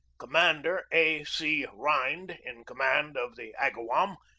commander a. c. rhind, in command of the agawam,